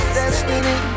destiny